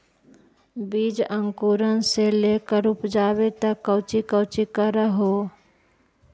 बीज अंकुरण से लेकर उपजाबे तक कौची कौची कर हो?